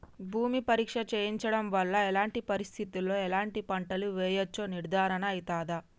భూమి పరీక్ష చేయించడం వల్ల ఎలాంటి పరిస్థితిలో ఎలాంటి పంటలు వేయచ్చో నిర్ధారణ అయితదా?